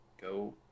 Go